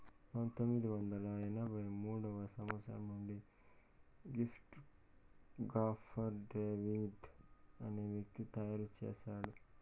పంతొమ్మిది వందల ఎనభై మూడో సంవచ్చరం నుండి క్రిప్టో గాఫర్ డేవిడ్ అనే వ్యక్తి తయారు చేసాడు